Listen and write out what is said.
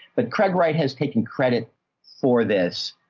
but craig wright has taken credit for this.